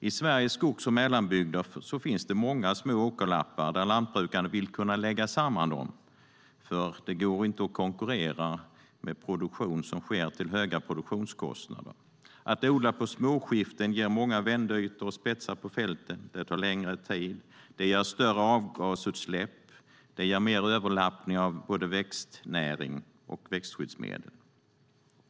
I Sveriges skogs och mellanbygder finns många små åkerlappar som lantbrukarna vill kunna lägga samman, eftersom det inte går att konkurrera med produktion som sker till höga produktionskostnader. Att odla på småskiften ger många vändytor och spetsar på fälten. Det tar längre tid, ger större avgasutsläpp och ger mer överlappningar av både växtnäring och växtskyddsmedel.